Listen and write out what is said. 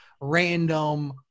random